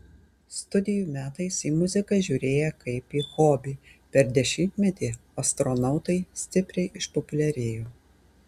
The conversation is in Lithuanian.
studijų metais į muziką žiūrėję kaip į hobį per dešimtmetį astronautai stipriai išpopuliarėjo